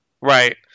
right